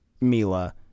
Mila